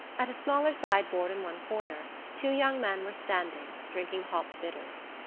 at a smaller sideboard in one corner two young men were standing, drinking hop-bitters.